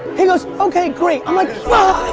he goes, okay, great. i'm like,